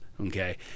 Okay